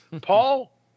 Paul